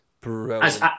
Brilliant